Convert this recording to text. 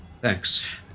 Thanks